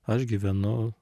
aš gyvenu